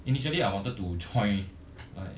initially I wanted to try like